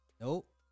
Nope